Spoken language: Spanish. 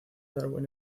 darwin